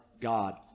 God